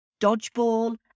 Dodgeball